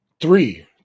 three